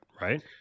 right